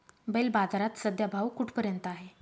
बैल बाजारात सध्या भाव कुठपर्यंत आहे?